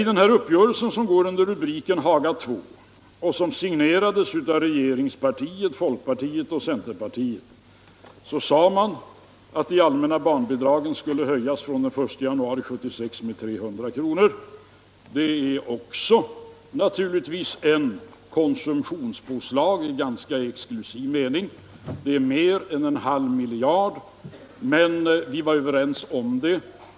I den uppgörelse som går under rubriken Haga II och som signerades av regeringspartiet, folkpartiet och centerpartiet sade man att det allmänna barnbidraget skulle höjas från den 1 januari 1976 med 300 kr. Det är naturligtvis också ett konsumtionspåslag i ganska exklusiv mening — det är mer än en halv miljard — men vi var överens om det.